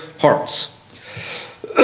hearts